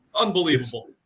unbelievable